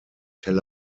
tel